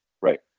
Right